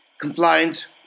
compliant